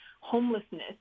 homelessness